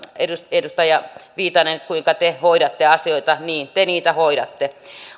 edustaja viitanen kuinka te hoidatte asioita niin te niitä hoidatte